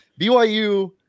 BYU